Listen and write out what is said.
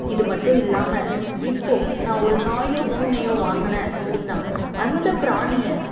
இது மட்டுயில்லாமல் இப்போது நான் ஒரு நாயோ பூனையோ வாங்கினேன் அப்படின்னா அந்த பிராணியை